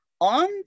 On